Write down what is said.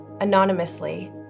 anonymously